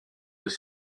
des